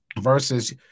versus